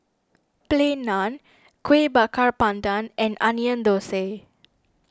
Plain Naan Kueh Bakar Pandan and Onion Thosai